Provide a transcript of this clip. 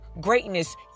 greatness